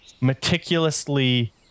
meticulously